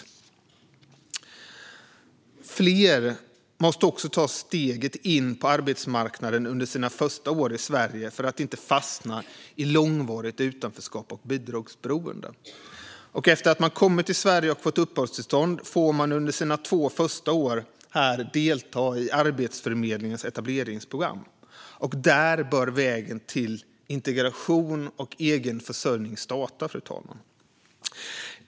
Fler måste också ta steget in på arbetsmarknaden under sina första år i Sverige för att inte fastna i långvarigt utanförskap och bidragsberoende. Efter att man har kommit till Sverige och fått uppehållstillstånd får man under sina första två år här delta i Arbetsförmedlingens etableringsprogram. Där bör vägen till integration och egen försörjning starta.